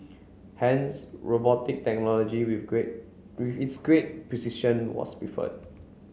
hence robotic technology with great with its great precision was preferred